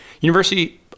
University